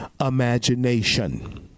imagination